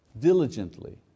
diligently